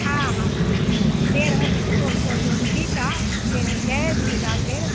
हा हा हा भेण मूंखे सुठो लॻो इहो बि ठीकु आहे भेण जय झूलेलाल भेण